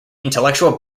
intellectual